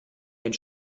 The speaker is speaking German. wenn